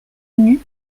venus